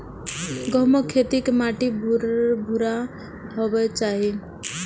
गहूमक खेत के माटि भुरभुरा हेबाक चाही